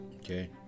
okay